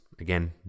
again